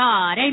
God